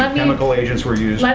um chemical agents were used. let